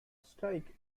strike